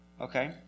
okay